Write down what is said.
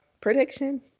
prediction